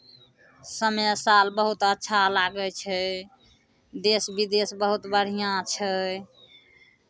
समय साल बहुत अच्छा लागै छै देश विदेश बहुत बढ़िआँ छै